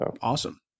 Awesome